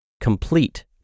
complete